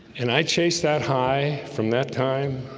and i chased that high from that time